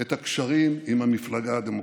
את הקשרים עם המפלגה הדמוקרטית.